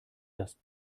das